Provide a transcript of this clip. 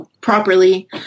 properly